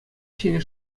ҫӗнӗ